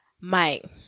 Mike